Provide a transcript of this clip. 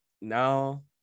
now